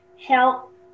help